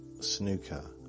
snooker